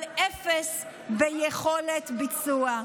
אבל אפס ביכולת ביצוע.